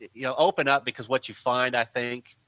you know, open up because what you find i think,